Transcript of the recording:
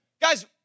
Guys